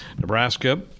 Nebraska